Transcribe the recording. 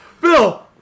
Bill